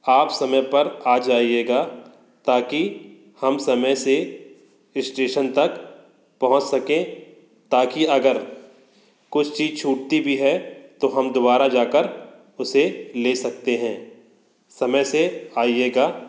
आप समय पर आ जाइएगा ताकि हम समय से स्टेशन तक पहुँच सके ताकि अगर कुछ चीज़ छूटती भी है तो हम दुबारा जाकर उसे ले सकते हैं समय से आइएगा